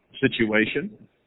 situation